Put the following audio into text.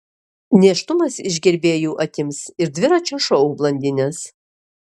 nėštumas iš gerbėjų atims ir dviračio šou blondines